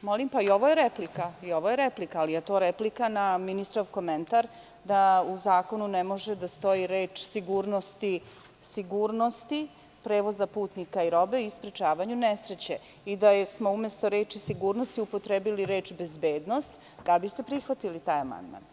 sa mesta: Bila je replika.]] Pa i ovo je replika, ali je to replika na ministrov komentar da u zakonu ne može da stoji reč „sigurnosti prevoza putnika i robe i sprečavanju nesreće.“Da smo umesto reči „sigurnosti“ upotrebili reč „bezbednost“, da li biste prihvatili taj amandman?